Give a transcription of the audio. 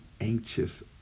anxious